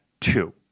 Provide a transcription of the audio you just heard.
two